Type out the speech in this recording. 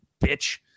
bitch